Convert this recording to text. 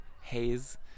haze